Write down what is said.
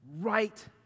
right